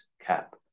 cap